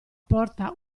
porta